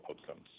outcomes